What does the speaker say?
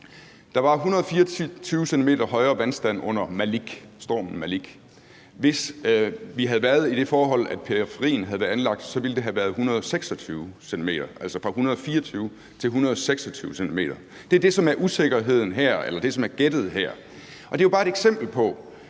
Der var 124 cm højere vandstand under stormen Malik. Hvis vi havde haft det forhold, at periferien havde været anlagt, ville den have været på 126 cm, altså fra 124 cm til 126 cm. Det er det, der er gættet her. Det er jo bare et eksempel på,